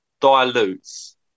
dilutes